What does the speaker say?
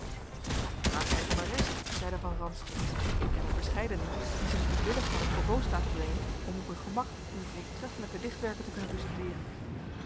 wat praat gij van arrest zeide van ranst ik ken er verscheidenen die zich moedwillig naar de provoost laten brengen om op hun gemak uw voortreffelijke dichtwerken te kunnen bestudeeren